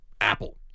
Apple